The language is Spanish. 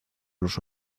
los